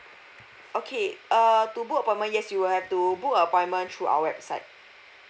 okay err to book appointment yes you will have to book a appointment through our website